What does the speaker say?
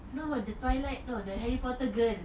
no the twilight the harry potter girl